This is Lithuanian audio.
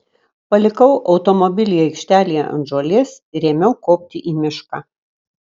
palikau automobilį aikštelėje ant žolės ir ėmiau kopti į mišką